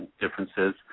differences